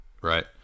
right